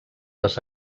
les